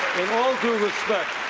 all due respect,